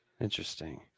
Interesting